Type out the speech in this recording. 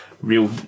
real